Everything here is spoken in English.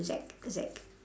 Z Z